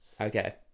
Okay